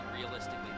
realistically